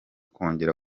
kongera